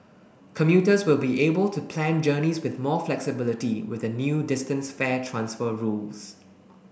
commuters will be able to plan journeys with more flexibility with the new distance fare transfer rules